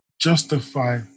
justify